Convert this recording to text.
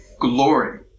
glory